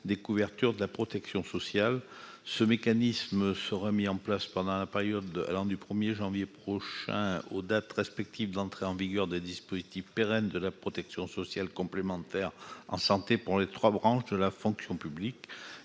des couvertures de protection sociale complémentaire. Ce mécanisme transitoire sera mis en place pour la période allant du 1janvier prochain aux dates respectives d'entrée en vigueur des dispositifs pérennes de protection sociale complémentaire en santé, pour les trois versants de la fonction publique.